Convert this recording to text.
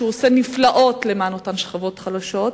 שעושה נפלאות למען אותן שכבות חלשות.